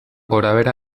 gorabehera